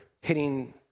hitting